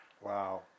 Wow